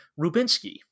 Rubinsky